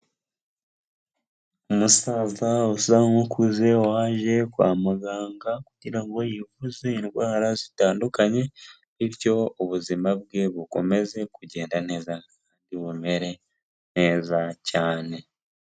Umusaza usa nk'ukuze waje kwa muganga kugira ngo yivuze indwara zitandukanye bityo ubuzima bwe bukomeze kugenda neza ntibumere neza cyane.